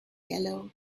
yellow